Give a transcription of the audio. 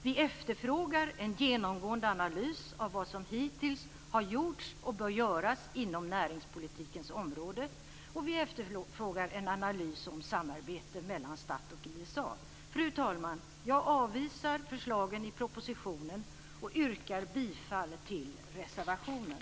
Vi efterfrågar en genomgående analys av vad som hittills har gjorts och bör göras inom näringspolitikens område, och vi efterfrågar en analys av samarbete mellan Fru talman! Jag avvisar förslagen i propositionen och yrkar bifall till reservationen.